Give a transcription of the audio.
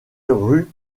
rue